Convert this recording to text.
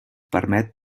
permet